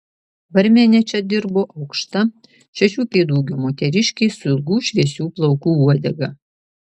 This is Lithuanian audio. barmene čia dirbo aukšta šešių pėdų ūgio moteriškė su ilgų šviesių plaukų uodega